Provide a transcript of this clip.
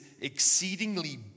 exceedingly